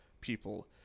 people